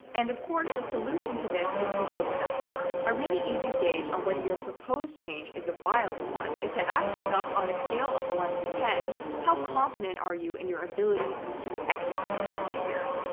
and of course the solution to this is to lower that bar. a really easy gauge on whether your proposed change is a viable one, is to ask yourself, on a scale of one to ten, how confident are you in your ability to execute this behavior?